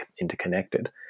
interconnected